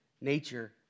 nature